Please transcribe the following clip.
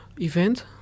event